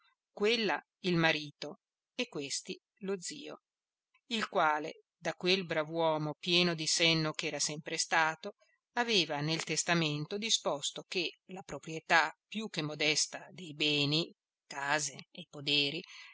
quella il marito e questi lo zio il quale da quel brav'uomo pieno di senno ch'era sempre stato aveva nel testamento disposto che la proprietà più che modesta dei beni